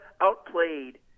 outplayed